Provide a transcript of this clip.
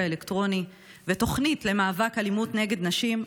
האלקטרוני ותוכנית למאבק באלימות נגד נשים,